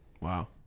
Wow